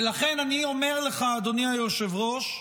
ולכן אני אומר לך, אדוני היושב-ראש,